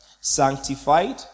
Sanctified